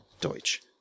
Deutsch